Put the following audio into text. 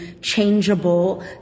changeable